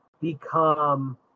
become